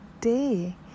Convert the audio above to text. day